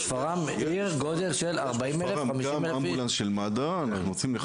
יש גודל של 50,000-40,000 איש.